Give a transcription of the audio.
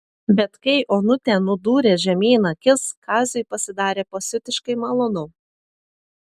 bet kai onutė nudūrė žemyn akis kaziui pasidarė pasiutiškai malonu